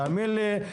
תאמין לי,